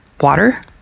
water